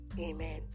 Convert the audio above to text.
Amen